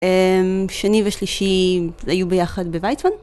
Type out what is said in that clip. שני ושלישי היו ביחד בוייצמן.